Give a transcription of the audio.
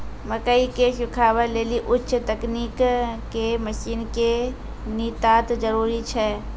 मकई के सुखावे लेली उच्च तकनीक के मसीन के नितांत जरूरी छैय?